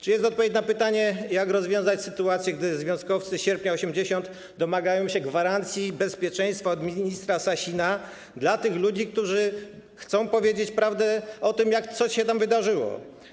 Czy jest odpowiedź na pytanie, jak rozwiązać sytuację, gdy związkowcy Sierpnia 80 domagają się gwarancji bezpieczeństwa od ministra Sasina dla tych ludzi, którzy chcą powiedzieć prawdę o tym, co się tam wydarzyło?